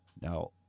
Now